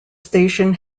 station